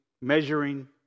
measuring